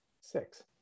Six